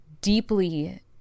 deeply